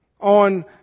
on